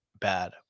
bad